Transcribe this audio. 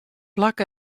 plak